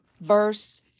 verse